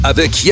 Avec